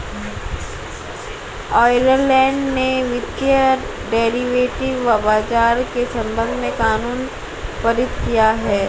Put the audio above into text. Ireland ने वित्तीय derivative बाजार के संबंध में कानून पारित किया है